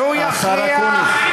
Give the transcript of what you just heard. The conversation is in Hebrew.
השר אקוניס.